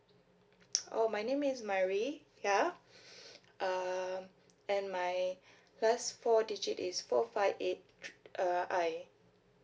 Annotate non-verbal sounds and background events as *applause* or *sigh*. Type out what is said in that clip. oh my name is mary ya *breath* um and my last four digit is four five eight uh I